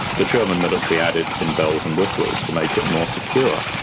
the german military added some bells and whistles to make it more secure,